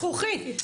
זכוכית.